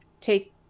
take